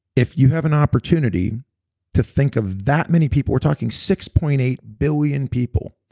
if you have an opportunity to think of that many people. we're talking six point eight billion people,